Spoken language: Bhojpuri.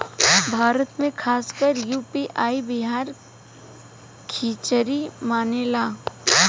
भारत मे खासकर यू.पी आ बिहार मे खिचरी मानेला